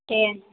दे